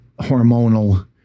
hormonal